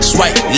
Swipe